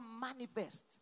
manifest